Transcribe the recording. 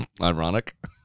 Ironic